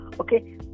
okay